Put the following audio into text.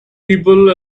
people